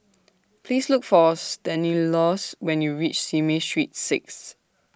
Please Look For Stanislaus when YOU REACH Simei Street six